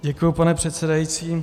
Děkuji, pane předsedající.